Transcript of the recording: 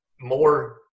more